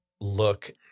look